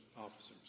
officers